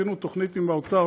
עשינו תוכנית עם האוצר,